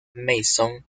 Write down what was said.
mason